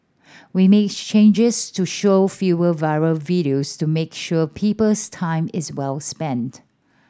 we made changes to show fewer viral videos to make sure people's time is well spent